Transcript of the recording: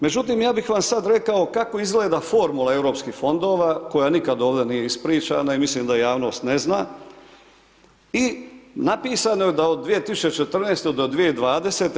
Međutim, ja bih vam sad rekao kako izgleda formula europskih fondova koja nikad ovdje nije ispričana i mislim da javnost ne zna, i napisano je da od 2014.-te do 2020.